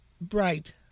bright